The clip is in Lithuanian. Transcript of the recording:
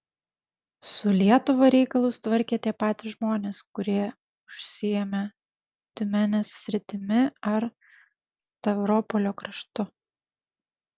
su lietuva reikalus tvarkė tie patys žmonės kurie užsiėmė tiumenės sritimi ar stavropolio kraštu